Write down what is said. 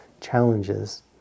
challenges